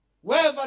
Wherever